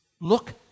Look